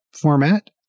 format